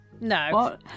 No